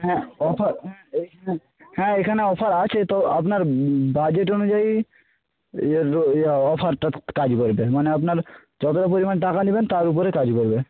হ্যাঁ অফার হ্যাঁ এখানে অফার আছে তো আপনার বাজেট অনুযায়ী অফারটা কাজ করবে মানে আপনার যতটা পরিমাণ টাকা নেবেন তার উপরে কাজ করবে